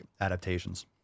adaptations